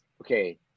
okay